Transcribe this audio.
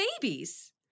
babies